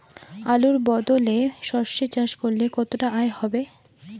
আলুর বদলে সরষে চাষ করলে কতটা আয় হবে?